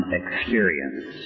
experience